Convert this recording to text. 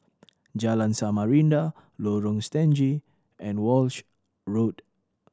Jalan Samarinda Lorong Stangee and Walshe Road